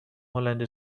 هلندی